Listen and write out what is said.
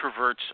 introverts